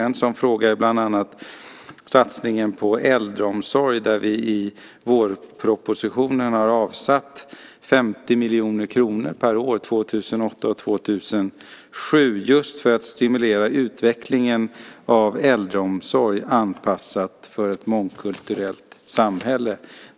En sådan fråga är bland annat satsningen på äldreomsorg, där vi i vårpropositionen har avsatt 50 miljoner kronor per år 2007 och 2008 just för att stimulera utvecklingen av äldreomsorg anpassad för ett mångkulturellt samhälle.